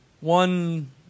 One